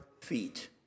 feet